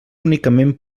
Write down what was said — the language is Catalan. únicament